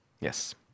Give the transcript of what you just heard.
Yes